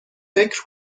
فکر